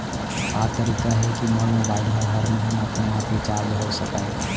का तरीका हे कि मोर मोबाइल ह हर महीना अपने आप रिचार्ज हो सकय?